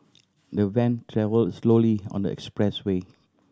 the van travelled slowly on the expressway